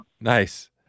Nice